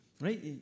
right